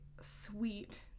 sweet